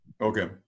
Okay